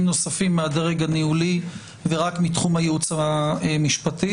נוספים מהדרג הניהולי ורק מתחום הייעוץ המשפטי,